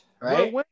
right